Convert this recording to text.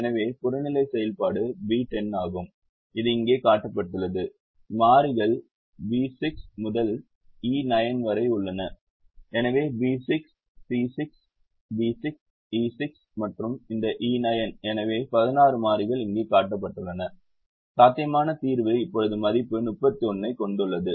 எனவே புறநிலை செயல்பாடு B10 ஆகும் இது இங்கே காட்டப்பட்டுள்ளது மாறிகள் B6 முதல் E9 வரை உள்ளன எனவே B6 C6 B6 E6 மற்றும் இந்த E9 எனவே 16 மாறிகள் இங்கே காட்டப்பட்டுள்ளன சாத்தியமான தீர்வு இப்போது மதிப்பு 33 ஐக் கொண்டுள்ளது